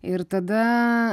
ir tada